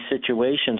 situations